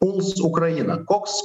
puls ukrainą koks